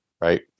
right